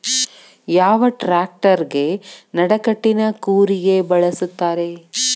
ಯಾವ ಟ್ರ್ಯಾಕ್ಟರಗೆ ನಡಕಟ್ಟಿನ ಕೂರಿಗೆ ಬಳಸುತ್ತಾರೆ?